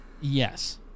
Yes